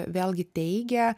vėlgi teigia